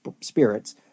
spirits